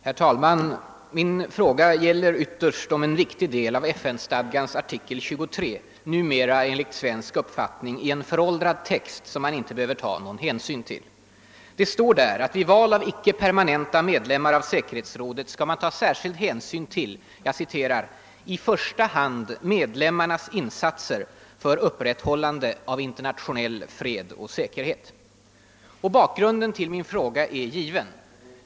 Herr talman! Min fråga gäller ytterst om en viktig del av FN-stadgans artikel 23 numera, enligt svensk uppfattning, är en föråldrad text, som man inte behöver ta någon hänsyn till. Det står där att vid val av icke-permanenta medlemmar av säkerhetsrådet skall man ta särskild hänsyn till »i första hand medlemmarnas insatser för upprätthållande av internationell fred och säkerhet». Bakgrunden till min fråga är given.